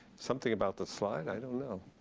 something about the slide. i don't know.